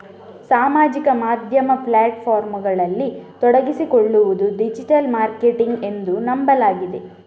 ಸಾಮಾಜಿಕ ಮಾಧ್ಯಮ ಪ್ಲಾಟ್ ಫಾರ್ಮುಗಳಲ್ಲಿ ತೊಡಗಿಸಿಕೊಳ್ಳುವುದು ಡಿಜಿಟಲ್ ಮಾರ್ಕೆಟಿಂಗ್ ಎಂದು ನಂಬಲಾಗಿದೆ